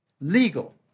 legal